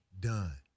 done